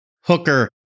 Hooker